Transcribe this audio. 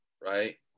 right